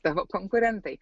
tavo konkurentai